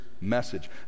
message